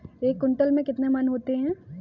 एक क्विंटल में कितने मन होते हैं?